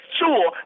sure